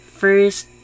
first